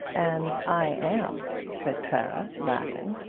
and i am, said clara, laughing.